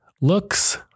Looks